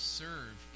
serve